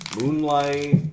Moonlight